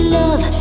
love